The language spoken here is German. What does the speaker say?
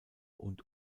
und